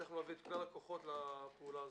שהצלחנו להביא את כלל הכוחות לפעולה הזאת.